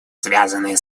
связанные